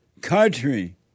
Country